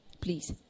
please